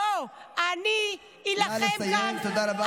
נא לסיים, תודה רבה.